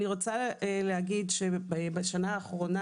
אני רוצה להגיד שבשנה האחרונה,